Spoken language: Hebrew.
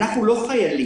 אנחנו לא חיילים.